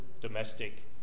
domestic